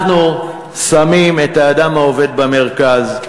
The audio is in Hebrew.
אנחנו שמים את האדם העובד במרכז,